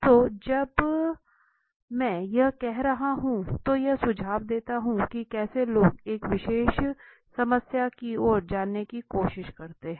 तो अब जब मैं यह कह रहा हूं तो यह सुझाव देता है कि कैसे लोग एक विशेष समस्या की ओर जाने की कोशिश करते हैं